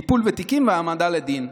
טיפול בתיקים והעמדה לדין".